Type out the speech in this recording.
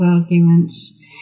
arguments